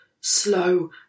slow